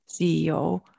CEO